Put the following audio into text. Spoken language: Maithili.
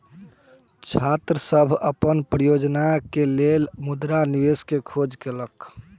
छात्र सभ अपन परियोजना के लेल मुद्रा निवेश के खोज केलक